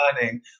learning